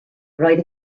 roedd